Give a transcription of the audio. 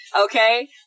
okay